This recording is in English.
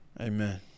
Amen